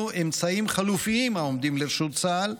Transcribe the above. אמצעים חלופיים העומדים לרשות צה"ל,